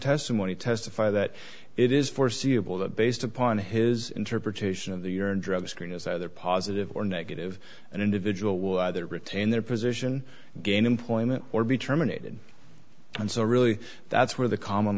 testimony testify that it is foreseeable that based upon his interpretation of the urine drug screen is either positive or negative an individual will either retain their position gain employment or be terminated and so really that's where the common